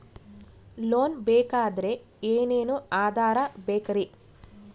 Loan ಬೇಕಾದ್ರೆ ಏನೇನು ಆಧಾರ ಬೇಕರಿ?